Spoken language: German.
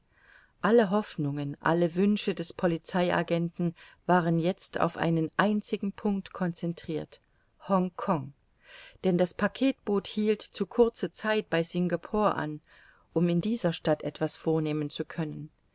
alle hoffnungen alle wünsche des polizei agenten waren jetzt auf einen einzigen punkt concentrirt hongkong denn das packetboot hielt zu kurze zeit bei singapore an um in dieser stadt etwas vornehmen zu können